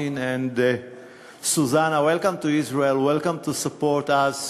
Welcome to Israel, Welcome to support us.